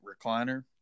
recliner